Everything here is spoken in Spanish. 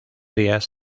días